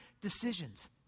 decisions